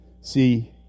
see